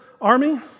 army